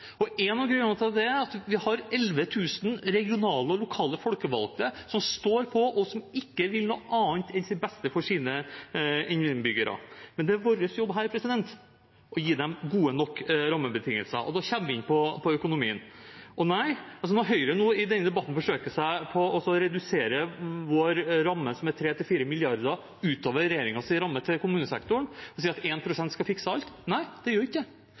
og kommunene er helt sentrale i det. En av grunnene til det er at vi har 11 000 regionale og lokale folkevalgte som står på, og som ikke vil noe annet enn det beste for sine innbyggere. Vår jobb her er å gi dem gode nok rammebetingelser, og da kommer vi inn på økonomien. Høyre forsøker seg nå i denne debatten på å redusere vår ramme, som er 3–4 mrd. kr utover regjeringens ramme, til kommunesektoren og sier at 1 pst. skal fikse alt. Nei, det gjør ikke det,